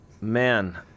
man